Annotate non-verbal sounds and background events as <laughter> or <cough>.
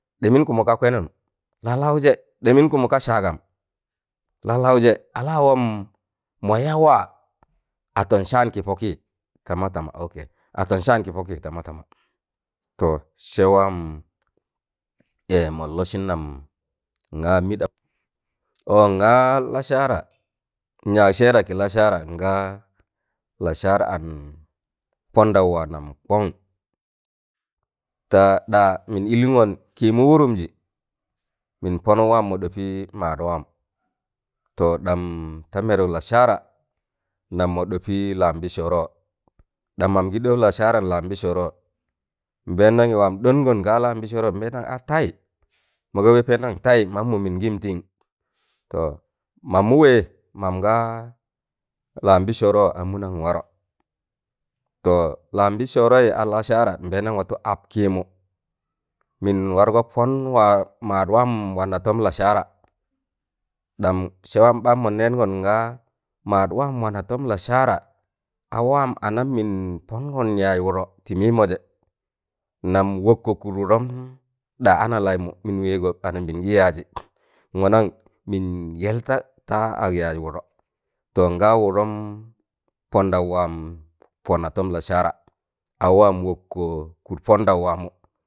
ɗe mun kụmụk ka kwẹnụm lalaujẹ ɗemịn kụmụk ka saagam lalauje a lawọm moya waa atọn saan ki poki tama tama ok aton saan kị pọkịị tama tama to sẹ waam <hesitation> mon lọsịn nam ngaa mịɗa, ọ ngaa lasara nyaag sẹẹra ki lasara ngaa lasar an pọndọw wa nam kon ta ɗa mịn illimgon kịịmụ wụrụmjị mịn ponuk waan mọ ɗọpị maad waam to ɗam ta meruk lasara nam mọ ɗọpị lanbisọrọ ɗaam mam gị ɗon lasara la nbịsọọrọ mbeendanyi waam mon ɗọngọn lambịsọọrọ nbẹẹndanyi a tai mụnga wẹ pẹẹndamị mammụ mịn gin ting to mamụ wẹẹ mam gaa lanbịsọọrọ a mụnan warọ to lambịsọọrọ a lasara nbẹẹndam watụ ap kịịmụ mịn wargọ pọn wa maadwaam wana tọm lasara, ɗam sẹ waam ɓaan mọn nẹẹngọn ngaa maadwaan wana tọm lasara a waan anam mịn pọngọ yaaz wụdọ tị mịịmọjẹ nam wọkkọ kụd wụdọm da ana laịmụ mịn wẹẹgọ ana laịmụ anambịịn gị yaajị nwanna mịn yẹl ta ta ag yaaz wa to nga wụdọn pọndaụ waam pọna tọm lasara a waam wọkkọ kụd pọndọ waamụ.